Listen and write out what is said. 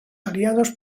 aliados